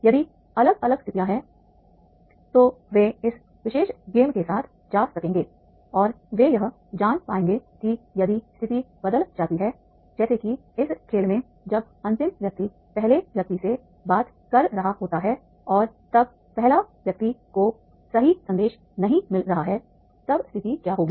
यदि अलग अलग स्थितियां हैं तो वे इस विशेष गेम के साथ जा सकेंगे और वे यह जान पाएंगे कि यदि स्थिति बदल जाती है जैसे कि इस खेल में जब अंतिम व्यक्ति पहले व्यक्ति से बात कर रहा होता है और तब पहला व्यक्ति को सही संदेश नहीं मिल रहा है तब स्थिति क्या होगी